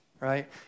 right